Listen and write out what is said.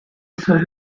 esos